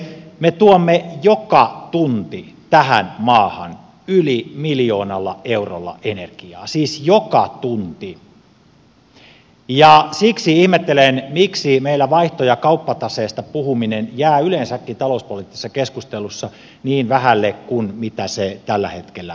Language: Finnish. me tuomme joka tunti tähän maahan yli miljoonalla eurolla energiaa siis joka tunti ja siksi ihmettelen miksi meillä vaihto ja kauppataseesta puhuminen jää yleensäkin talouspoliittisessa keskustelussa niin vähälle kuin se tällä hetkellä jää